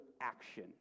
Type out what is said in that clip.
action